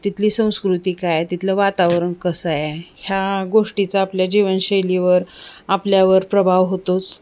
तिथली संस्कृती काय तिथलं वातावरण कसं आहे ह्या गोष्टीचा आपल्या जीवनशैलीवर आपल्यावर प्रभाव होतोच